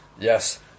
Yes